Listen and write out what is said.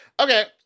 Okay